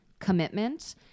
commitment